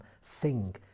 sing